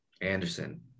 Anderson